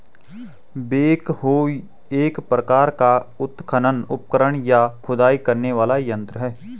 backhoe एक प्रकार का उत्खनन उपकरण, या खुदाई करने वाला यंत्र है